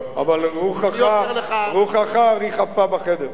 אבל רוחך ריחפה בחדר.